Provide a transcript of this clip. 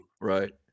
Right